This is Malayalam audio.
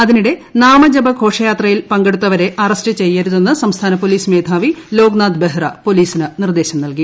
അതിനിടെ നാമജപ ഘോഷയാത്രയിൽ പങ്കെടുത്തവരെ അറസ്റ്റ് ചെയ്യരുതെന്ന് സംസ്ഥാന പോലീസ് മേധാവി ലോക് നാഥ് ബഹ്റ പോലീസിന് നിർദ്ദേശം നൽകി